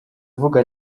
avuga